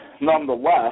nonetheless